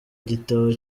gitabo